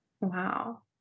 Wow